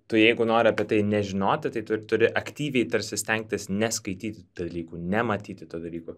tu jeigu nori apie tai nežinoti tai tu ir turi aktyviai tarsi stengtis neskaityti tų dalykų nematyti tų dalykų